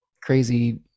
crazy